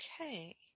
Okay